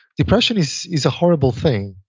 depression is is a horrible thing.